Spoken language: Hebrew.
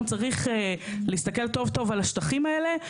צריכים להסתכל טוב טוב על השטחים האלה.